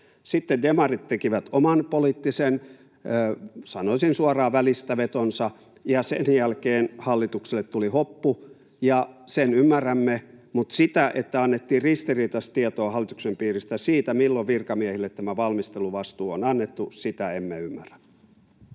Sitten demarit tekivät oman poliittisen, sanoisin suoraan, välistävetonsa, ja sen jälkeen hallitukselle tuli hoppu, sen ymmärrämme, mutta sitä, että annettiin ristiriitaista tietoa hallituksen piiristä siitä, milloin virkamiehille tämä valmisteluvastuu on annettu, emme ymmärrä.